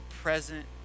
present